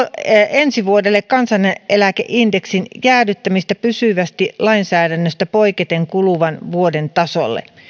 ensi vuodelle kansaneläkeindeksin jäädyttämistä pysyvästi lainsäädännöstä poiketen kuluvan vuoden tasolle